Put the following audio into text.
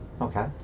Okay